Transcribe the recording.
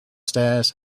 stairs